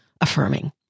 affirming